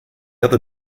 other